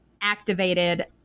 activated